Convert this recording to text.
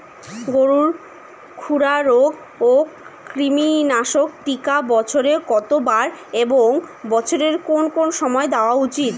গরুর খুরা রোগ ও কৃমিনাশক টিকা বছরে কতবার এবং বছরের কোন কোন সময় দেওয়া উচিৎ?